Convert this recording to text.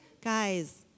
guys